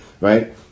right